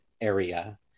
area